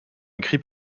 écrit